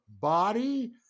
body